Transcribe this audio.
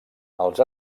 els